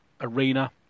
arena